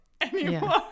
anymore